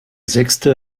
sechste